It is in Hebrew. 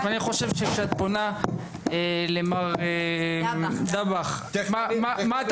ואני חושב שכשאת פונה למר דבאח "מה אתה